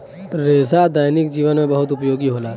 रेसा दैनिक जीवन में बहुत उपयोगी होला